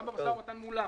גם במשא ומתן מולם.